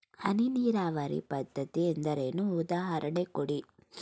ಹನಿ ನೀರಾವರಿ ಪದ್ಧತಿ ಎಂದರೇನು, ಉದಾಹರಣೆ ಕೊಡಿ?